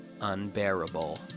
unbearable